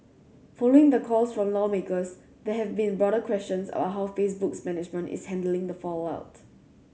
following the calls from lawmakers there have been broader questions about how Facebook's management is handling the fallout